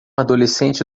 adolescente